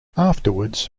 afterwards